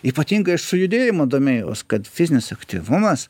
ypatingai sujudėjimo domėjaus kad fizinis aktyvumas